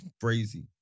Crazy